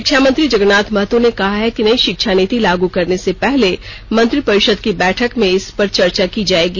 शिक्षा मंत्री जगरनाथ महतो ने कहा है कि नई शिक्षा निति लागू करने से पहले मंत्रिपरिषद की बैठक में इस पर चर्चा की जायेगी